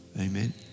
Amen